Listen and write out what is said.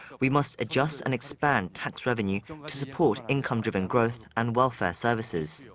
we must adjust and expand tax revenue to support income-driven growth and welfare services.